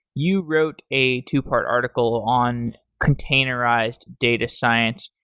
you wrote a two-part article on containerized data science.